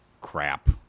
crap